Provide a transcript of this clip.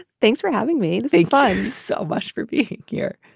thanks for having me. they fine so much for being here.